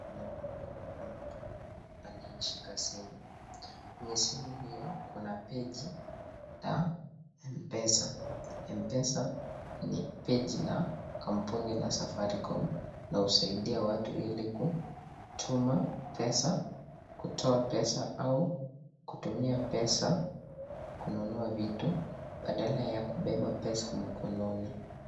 Naona mkono wa mtu aliyeshika simu, kwenye simu hiyo kuna peji ya Mpesa, Mpesa ni peji la kampuni la Safaricom inayosaidia watu ilikutuma pesa, kutoa pesa au kutumia pesa kununua vitu badala ya kubeba pesa mkononi.